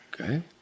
Okay